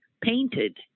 painted